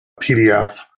PDF